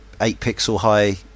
eight-pixel-high